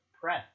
press